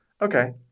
Okay